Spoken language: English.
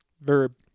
Verb